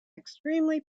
extremely